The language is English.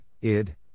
id